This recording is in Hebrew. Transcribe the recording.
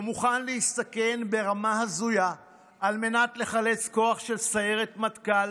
שמוכן להסתכן ברמה הזויה על מנת לחלץ כוח של סיירת מטכ"ל,